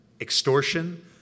extortion